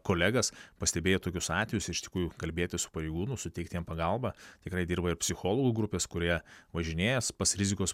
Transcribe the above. kolegas pastebėję tokius atvejus iš tikrųjų kalbėtis su pareigūnu suteikt jam pagalbą tikrai dirba ir psichologų grupės kurie važinėjas pas rizikos